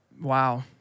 Wow